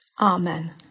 Amen